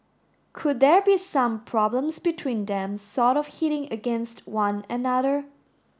could there be some problems between them sort of hitting against one another